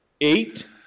eight